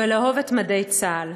ולאהוב את מדי צה"ל,